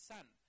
Son